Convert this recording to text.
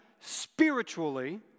spiritually